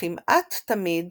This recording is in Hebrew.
וכמעט תמיד